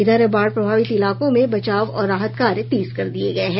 इधर बाढ़ प्रभावित इलाकों में बचाव और राहत कार्य तेज कर दिये गये हैं